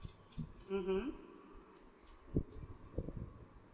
mmhmm